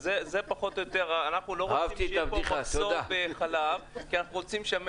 אז זה פחות או יותר אנחנו לא רוצים שיהיה פה מחסור